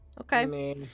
Okay